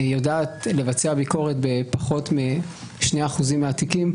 יודעת לבצע ביקורת בפחות מ-2% מהתיקים,